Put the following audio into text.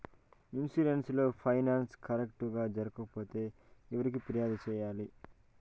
insurance process correct గా జరగకపోతే ఎవరికి ఫిర్యాదు సేయాలి